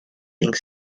think